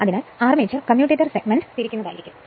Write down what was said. അതിനാൽ armature commutator segment തിരിക്കും